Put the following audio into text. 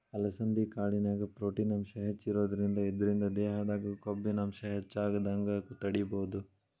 ಅಲಸಂಧಿ ಕಾಳಿನ್ಯಾಗ ಪ್ರೊಟೇನ್ ಅಂಶ ಹೆಚ್ಚಿರೋದ್ರಿಂದ ಇದ್ರಿಂದ ದೇಹದಾಗ ಕೊಬ್ಬಿನಾಂಶ ಹೆಚ್ಚಾಗದಂಗ ತಡೇಬೋದು